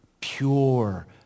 pure